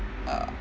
err